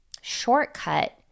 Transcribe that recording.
shortcut